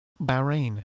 Bahrain